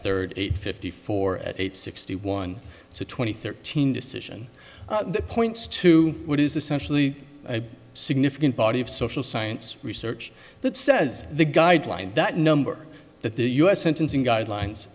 thirty eight fifty four at age sixty one so twenty thirteen decision points to what is essentially a significant body of social science research that says the guideline that number that the u s sentencing guidelines